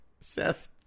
Seth